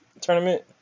tournament